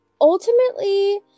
Ultimately